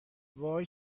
وای